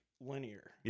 linear